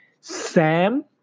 Sam